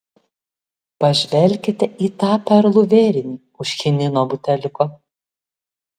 pažvelkite į tą perlų vėrinį už chinino buteliuko